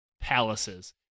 palaces